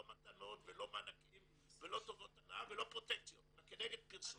לא מתנות ולא מענקים ולא טובות הנאה ולא פרוטקציות אלא כנגד פרסום,